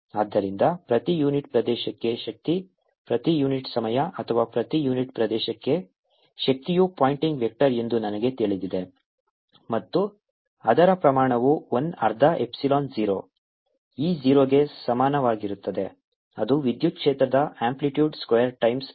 ಆದ್ದರಿಂದ ಪ್ರತಿ ಯೂನಿಟ್ ಪ್ರದೇಶಕ್ಕೆ ಶಕ್ತಿ ಪ್ರತಿ ಯೂನಿಟ್ ಸಮಯ ಅಥವಾ ಪ್ರತಿ ಯೂನಿಟ್ ಪ್ರದೇಶಕ್ಕೆ ಶಕ್ತಿಯು ಪಾಯಿಂಟಿಂಗ್ ವೆಕ್ಟರ್ ಎಂದು ನನಗೆ ತಿಳಿದಿದೆ ಮತ್ತು ಅದರ ಪ್ರಮಾಣವು 1 ಅರ್ಧ ಎಪ್ಸಿಲಾನ್ 0 E 0 ಗೆ ಸಮಾನವಾಗಿರುತ್ತದೆ ಅದು ವಿದ್ಯುತ್ ಕ್ಷೇತ್ರದ ಅಂಪ್ಲಿಟ್ಯೂಡ್ ಸ್ಕ್ವೇರ್ ಟೈಮ್ಸ್ c